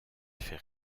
fait